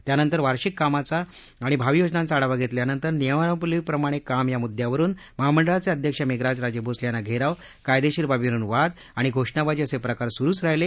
त्यानंतर वार्षिक कामांचा आणि भावी योजनांचा आढावा घेतल्यानंतर नियमावलीप्रमाणे काम या मुद्यावरुन महामंडळाचे अध्यक्ष मेघराज राजे भोसले यांना घेराव कायदेशीर बाबींवरुन वाद आणि घोषणाबाजी असे प्रकार सुरुच राहीले